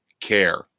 care